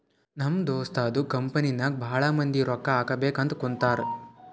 ನಮ್ ದೋಸ್ತದು ಕಂಪನಿಗ್ ಭಾಳ ಮಂದಿ ರೊಕ್ಕಾ ಹಾಕಬೇಕ್ ಅಂತ್ ಕುಂತಾರ್